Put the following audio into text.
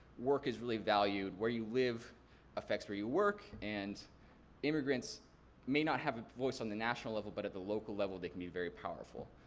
work is really valued. where you live affects where you work and immigrants may not have a voice on a national level, but at the local level they can be very powerful.